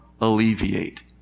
alleviate